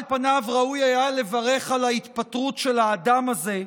על פניו ראוי היה לברך על ההתפטרות של האדם הזה,